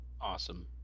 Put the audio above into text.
Awesome